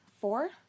four